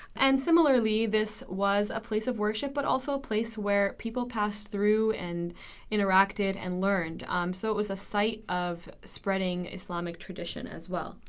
and similarly this was a place of worship but also a place where people passed through and interacted and learned so it was a site of spreading islamic tradition as well.